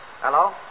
Hello